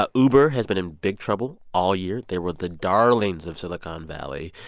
ah uber has been in big trouble all year. they were the darlings of silicon valley.